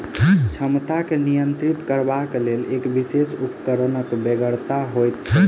क्षमता के नियंत्रित करबाक लेल एक विशेष उपकरणक बेगरता होइत छै